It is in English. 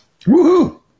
Woohoo